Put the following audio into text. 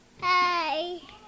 Hi